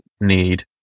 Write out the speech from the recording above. need